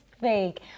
fake